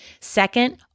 Second